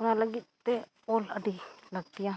ᱚᱱᱟ ᱞᱟᱹᱜᱤᱫᱛᱮ ᱚᱞ ᱟᱹᱰᱤ ᱞᱟᱹᱠᱛᱤᱭᱟ